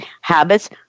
habits